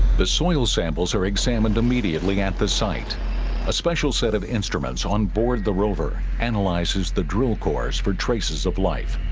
the soil samples are examined immediately at the site a special set of instruments onboard the rover analyzes the drill cores for traces of life